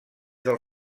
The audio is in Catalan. del